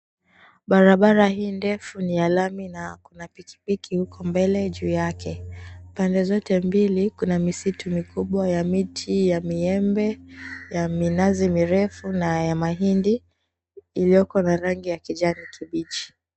Barabara hii ndefu ni ya lami na kuna pikipiki huku mbele juu yake, pande zote mbili kuna misitu mikubwa ya miti ya miembe, ya minazi mirefu na ya mahindi iliyoko na rangi ya kijani kibichi.